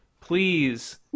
please